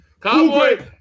Cowboy